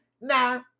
Now